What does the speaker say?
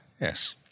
Yes